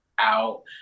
out